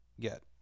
get